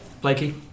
Blakey